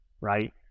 right